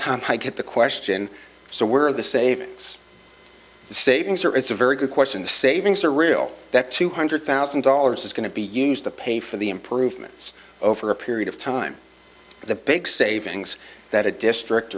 time high get the question so we're the savings the savings are it's a very good question the savings are real that two hundred thousand dollars is going to be used to pay for the improvements over a period of time the big savings that a district